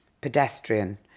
pedestrian